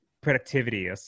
productivity